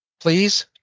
Please